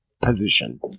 position